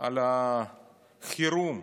על החירום.